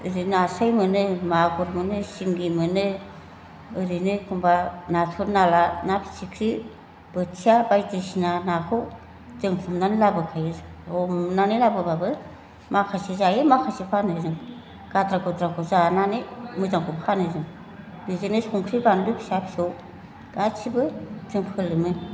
बेदिनो नास्राय मोनो मागुर मोनो सिंगि मोनो ओरैनो एखमब्ला नाथुर नाला ना फिथिख्रि बोथिया बायदिसिना नाखौ जों हमनानै लाबोखायो हमनानै लाबोब्लाबो माखासे जायो माखासे फानो जों गाद्रा गुद्राखौ जानानै मोजांखौ फानो जों बिदिनो संख्रि बानलु फिसा फिसौ गासैबो जों फोलोमो